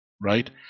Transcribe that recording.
Right